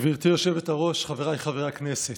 גברתי היושבת-ראש, חבריי חברי הכנסת,